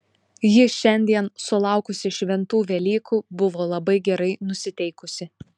ji šiandien sulaukusi šventų velykų buvo labai gerai nusiteikusi